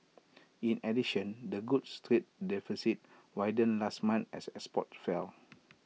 in addition the goods trade deficit widened last month as exports fell